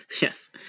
Yes